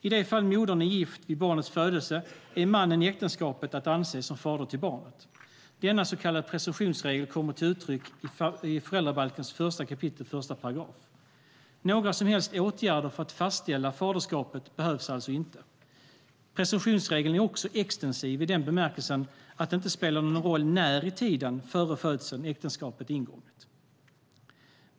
I det fall modern är gift vid barnets födelse är mannen i äktenskapet att anse som fader till barnet. Denna så kallade presumtionsregel kommer till uttryck i föräldrabalken 1 kap. 1 §. Några som helst åtgärder för att fastställa faderskapet behövs alltså inte. Presumtionsregeln är också extensiv i den bemärkelsen att det inte spelar någon roll när i tiden före födseln äktenskapet är ingånget.